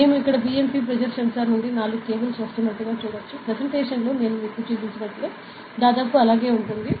మేము ఇక్కడ BMP pressure sensor నుండి నాలుగు cables వస్తున్నట్టు చూడవచ్చు ప్రెజెంటేషన్లో నేను మీకు చూపించినట్టే దాదాపు అలాగే ఉంటుంది